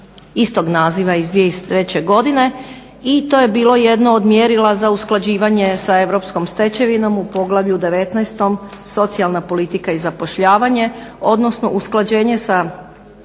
istog naziva iz 2003. godine i to je bilo jedno od mjerila za usklađivanje sa europskom stečevinom u poglavlju 19. socijalna politika i zapošljavanje, odnosno usklađenje sa